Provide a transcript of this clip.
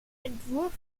entwurf